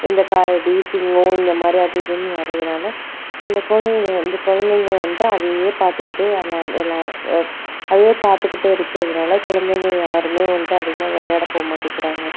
இந்த காரை டீஸிங்கும் இந்த மாதிரி அது இதுன்னு வர்றதனால இந்த குலந்தங்க வந்து குலந்தங்க வந்ட்டு அதையே பார்த்துக்கிட்டு விளாண் விளாண் அதையே பார்த்துக்கிட்டே இருக்கிறதுனால குலந்தைங்க யாருமே வந்துட்டு அதிகமாக விளையாட போக மாட்டிங்கிறாங்கள்